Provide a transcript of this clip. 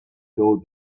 told